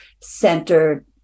centered